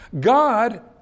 God